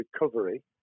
recovery